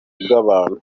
bw’abantu